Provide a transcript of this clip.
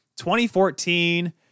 2014